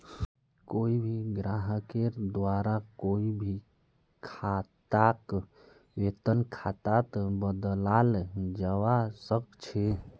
कोई भी ग्राहकेर द्वारा कोई भी खाताक वेतन खातात बदलाल जवा सक छे